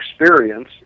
experience